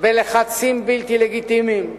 ולחצים בלתי לגיטימיים.